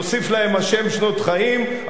יוסיף להם השם שנות חיים,